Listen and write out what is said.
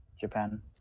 Japan